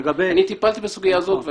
אני טיפלתי בסוגיה הזאת.